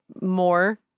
more